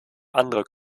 andere